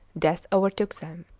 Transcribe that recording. death overtook them.